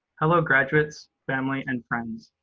hello, graduates, family, and friends,